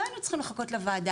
לא היינו צריכים לחכות לוועדה,